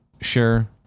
Sure